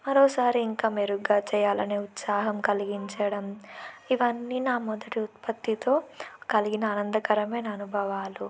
మరోసారి ఇంకా మెరుగ్గా చెయ్యాలనే ఉత్సాహం కలిగించడం ఇవన్నీ నా మొదటి ఉత్పత్తితో కలిగిన ఆనందకరమైన అనుభవాలు